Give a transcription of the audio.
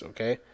Okay